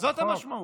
זאת המשמעות.